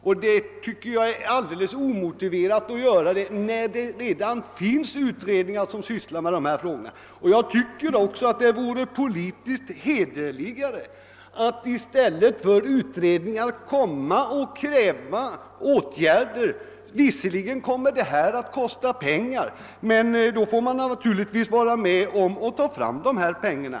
Jag tycker detta ofta är helt omotiverat eftersom utredningar redan sysslar med de frågor som aktuäliseras, och jag anser det därför politiskt hederligare att i stället för utredningar kräva åtgärder. Visserligen skulle det kosta en del, men då får man naturligtvis vara med om att ta fram pengarna.